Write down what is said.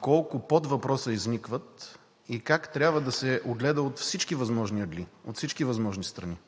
колко подвъпроса изникват и как трябва да се огледа от всички възможни ъгли, от всички възможни страни.